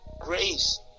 Grace